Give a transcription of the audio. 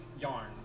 yarn